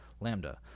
Lambda